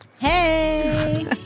Hey